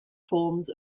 forms